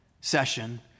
session